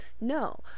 no